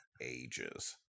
ages